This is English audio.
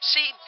See